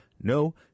no